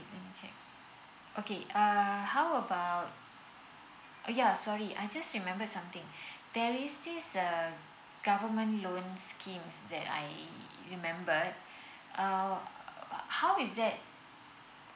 let me check okay uh how about oh yeah sorry I'm just remember something there is this uh government loan scheme that I remembered uh how is that